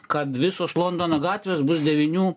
kad visos londono gatvės bus devynių